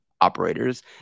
operators